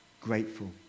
grateful